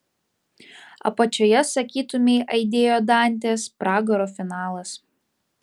apačioje sakytumei aidėjo dantės pragaro finalas